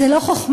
זה לא חוכמה,